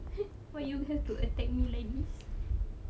why you have to attack me lagi